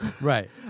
Right